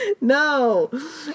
No